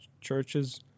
churches